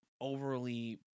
overly